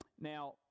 Now